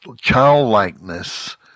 childlikeness